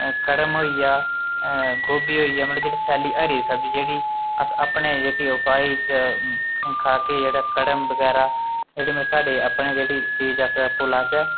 कड़म होई गेआ गोभी होई गेआ नुहाड़े च इक सैल्ली हरी सब्जी जेह्ड़ी अस अपने जेह्के ओह् उगाई खाह्गे जेह्ड़ा कड़म बगैरा जेह्ड़े मतलब अपनी जेह्ड़ी चीज अस आपूं लाह्चै